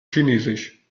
chinesisch